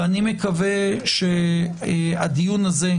ואני מקווה שהדיון הזה,